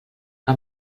que